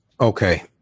Okay